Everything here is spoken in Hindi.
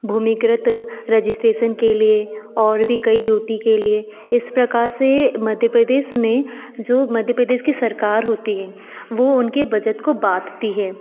भूमीकृत रेजिस्ट्रेशन के लिए और भी कई ड्यूटी के लिए इस प्रकार से मध्य प्रदेश में जो मध्य प्रदेश की सरकार होती है वह उनके बजट को बाँटती है